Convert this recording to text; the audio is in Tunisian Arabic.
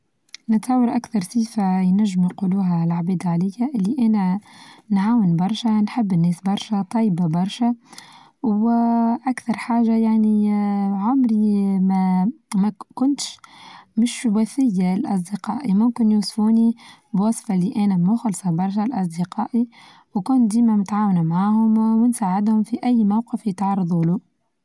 نتصور أكثر صيفة ينچمو يقولوها العباد عليا الي أنا نعاون برشا نحب الناس برشا طيبة برشا، وأكثر حاچة يعني عمري ما-ما كنتش مش وفيه لأصدقائى ممكن يوصفوني بوصفة اللى أنا مخلصة برشا لأصدقائي وكن ديما متعاونة معاهم ونساعدهم في أي موقف يتعرظولو.